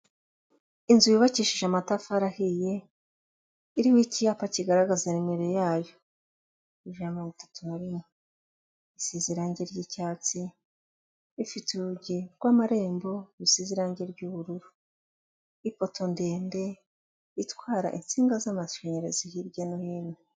Inzu yubakishije amatafari ahiye, iriho icyapa kigaragaza nimero yayo, ijana na mirongo itatu na rimwe, isize irange ry'icyatsi, ifite urugi rw'amarembo rusize irangi ry'ubururu, ipoto ndende itwara insinga z'amashanyarazi hirya no hino.